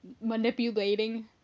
manipulating